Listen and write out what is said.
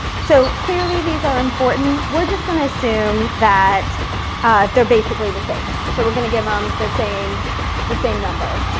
so, clearly, clearly, these are important. we're just gonna assume that they're basically the same. so we're gonna give em the same the same number